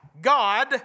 God